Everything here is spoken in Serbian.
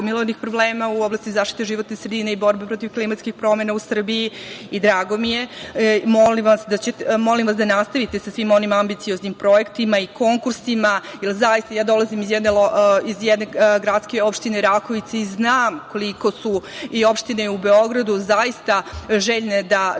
u oblasti zaštite životne sredine i borbe protiv klimatskih promena u Srbiji i drago mi je. Molim vas da nastavite sa svim onim ambicioznim projektima i konkursima, jer zaista, dolazim iz jedne gradske opštine Rakovica i znam koliko su i opštine u Beogradu zaista željne da